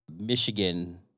Michigan